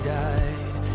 died